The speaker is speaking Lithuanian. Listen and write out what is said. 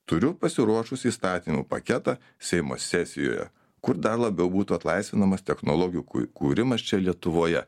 turiu pasiruošus įstatymų paketą seimo sesijoje kur dar labiau būtų atlaisvinamas technologijų kū kūrimas čia lietuvoje